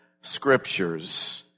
scriptures